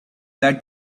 that